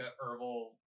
herbal